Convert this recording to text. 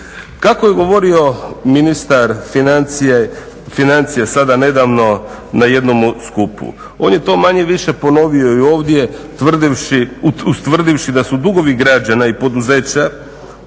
Kako je govorio ministar financija sada nedavno na jednom skupu, on je to manje-više ponovio ovdje ustvrdivši da su dugovi građana i poduzeća